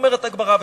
אומרת הגמרא,